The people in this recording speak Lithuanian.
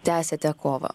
tęsiate kovą